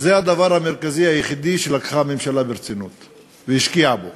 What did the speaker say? זה הדבר המרכזי היחידי שלקחה הממשלה ברצינות והשקיעה בו.